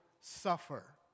suffer